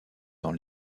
dans